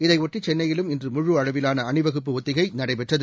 இதையொட்டி சென்னையிலும் இன்று முழு அளவிலான அணிவகுப்பு ஒத்திகை நடைபெற்றது